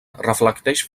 reflecteix